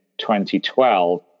2012